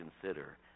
consider